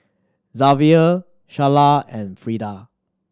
Zavier Sharla and Freeda